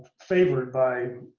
favored by